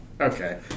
Okay